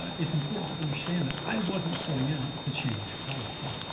it's important to understand that i wasn't setting out to change policy.